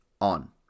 on